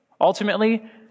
Ultimately